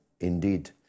indeed